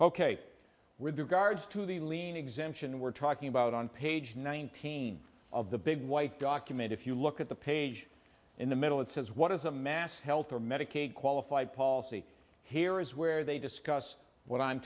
with regards to the lien exemption we're talking about on page nineteen of the big white document if you look at the page in the middle it says what is a mass health or medicaid qualify policy here is where they discuss what i'm